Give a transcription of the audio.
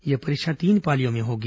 यह परीक्षा तीन पालियों में होगी